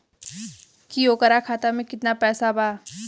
की ओकरा खाता मे कितना पैसा बा?